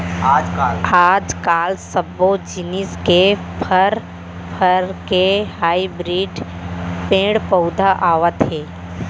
आजकाल सब्बो जिनिस के फर, फर के हाइब्रिड पेड़ पउधा आवत हे